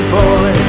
boy